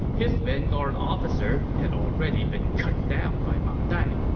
his vanguard officer had already been cut down by ma dai.